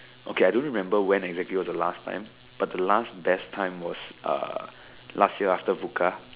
okay I don't remember when exactly was the last time but the last best time was uh last year after Bukka